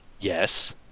yes